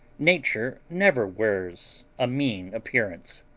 nature never wears a mean appearance.